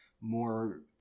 more